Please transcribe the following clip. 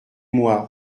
moi